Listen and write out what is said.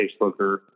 Facebooker